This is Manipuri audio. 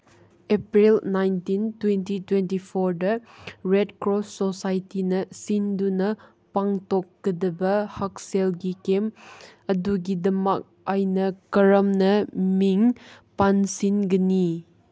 ꯑꯦꯄ꯭ꯔꯤꯜ ꯅꯥꯏꯟꯇꯤꯟ ꯇ꯭ꯋꯦꯟꯇꯤ ꯇ꯭ꯋꯦꯟꯇꯤ ꯐꯣꯔꯗ ꯔꯦꯠ ꯀ꯭ꯔꯣꯁ ꯁꯣꯁꯥꯏꯇꯤꯅ ꯁꯤꯟꯗꯨꯅ ꯄꯥꯡꯊꯣꯛꯀꯗꯕ ꯍꯛꯁꯦꯜꯒꯤ ꯀꯦꯝꯞ ꯑꯗꯨꯒꯤꯗꯃꯛ ꯑꯩꯅ ꯀꯔꯝꯅ ꯃꯤꯡ ꯄꯥꯟꯁꯤꯟꯒꯅꯤ